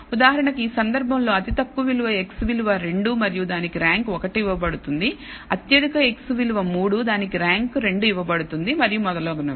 ఉదాహరణకు ఈ సందర్భంలో అతి తక్కువ విలువ x విలువ 2 మరియు దానికి ర్యాంక్ 1 ఇవ్వబడుతుంది అత్యధిక x విలువ 3 దానికి ర్యాంక్ 2 ఇవ్వబడుతుంది మరియు మొదలగునవి